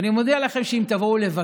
אני קובע שהצעת החוק עברה,